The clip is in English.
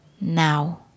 now